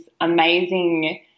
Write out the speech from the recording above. amazing